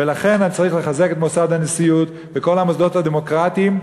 ולכן צריך לחזק את מוסד הנשיאות וכל המוסדות הדמוקרטיים,